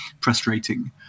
frustrating